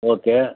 okay